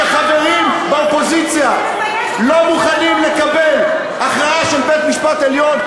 וכשחברים באופוזיציה לא מוכנים לקבל הכרעה של בית-משפט עליון,